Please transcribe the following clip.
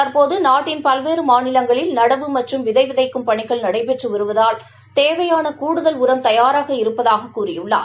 தற்போது நாட்டின் பல்வேறு மாநிலங்களில் நடவு மற்றும் விதை விதைக்கும் பணிகள் நடைபெற்று வருவதால் தேவையான கூடுதல் உரம் தயாராக இருப்பதாகக் கூறியுள்ளார்